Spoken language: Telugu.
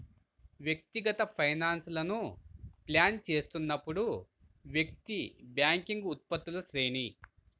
వ్యక్తిగత ఫైనాన్స్లను ప్లాన్ చేస్తున్నప్పుడు, వ్యక్తి బ్యాంకింగ్ ఉత్పత్తుల శ్రేణి